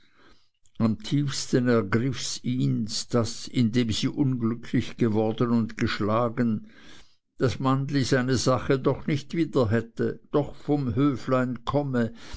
am tiefsten ergriff ihns daß indem sie unglücklich geworden und geschlagen das mannli seine sache doch nicht wieder hätte doch vom höflein komme